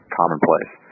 commonplace